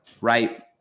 right